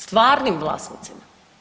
Stvarnim vlasnicima.